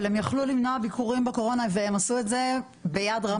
אבל הם יכלו למנוע ביקורים בקורונה והם עשו את זה ביד רמה,